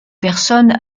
personnes